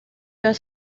your